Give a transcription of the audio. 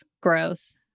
gross